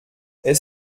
est